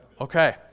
Okay